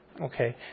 Okay